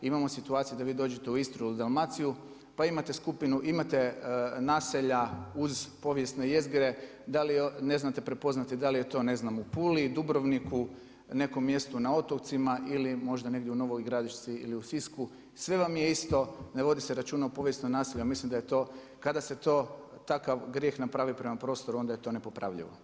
Imamo situaciju da vi dođete u Istru ili Dalmaciju, pa imate naselja uz povijesne jezgre, da li ne znate prepoznati, da li je to, ne znam u Puli, Dubrovniku, nekom mjestu na otocima ili možda negdje u Novoj Gradišci ili u Sisku, sve vam je isto, ne vodi se računa o povijesnom naselju a mislim da je to, kada takav grijeh napravi prema prostoru onda je to nepopravljivo.